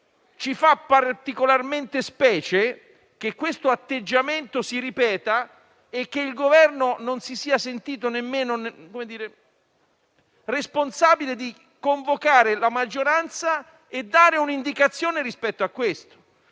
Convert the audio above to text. ci fa particolarmente specie che un atteggiamento del genere si ripeta e che il Governo non si sia sentito nemmeno responsabile di convocare la maggioranza per dare un'indicazione rispetto a ciò.